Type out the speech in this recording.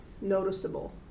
noticeable